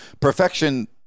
Perfection